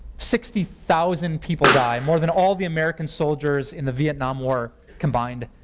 sixty thousand people die more than all the american soldiers in the vietnam war combined.